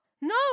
No